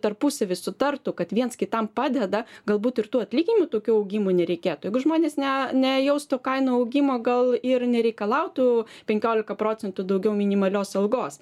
tarpusavy sutartų kad viens kitam padeda galbūt ir tų atlyginimų tokių augimų nereikėtų jeigu žmonės ne nejaustų kainų augimo gal ir nereikalautų penkiolika procentų daugiau minimalios algos